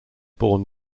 born